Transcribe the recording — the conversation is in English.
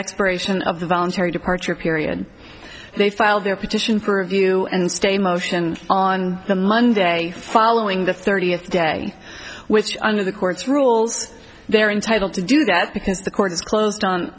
expiration of the voluntary departure period they filed their petition purview and stay motion on the monday following the thirtieth day which under the court's rules they're entitled to do that because the court is closed on